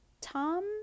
tom